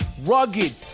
rugged